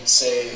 say